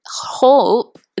hope